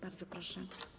Bardzo proszę.